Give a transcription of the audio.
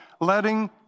Letting